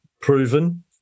proven